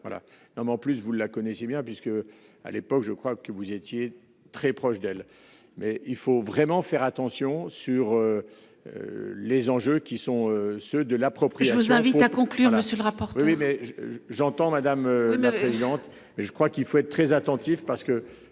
en plus vous la connaissez bien puisque, à l'époque, je crois que vous étiez très proche d'elle, mais il faut vraiment faire attention sur les enjeux qui sont ceux de l'approche. Je vous invite à conclure le sur le rapport. Oui, mais j'entends madame le maire présente, mais je crois qu'il faut être très attentif